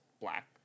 black